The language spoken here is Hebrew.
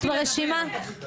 בבקשה.